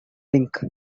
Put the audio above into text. link